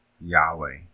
Yahweh